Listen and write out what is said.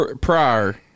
prior